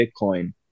Bitcoin